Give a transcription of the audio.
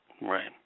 Right